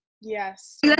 Yes